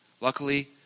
Luckily